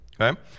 okay